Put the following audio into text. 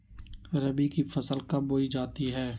रबी की फसल कब बोई जाती है?